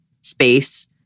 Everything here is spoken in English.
space